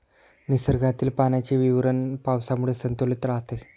निसर्गातील पाण्याचे वितरण पावसामुळे संतुलित राहते